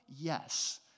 yes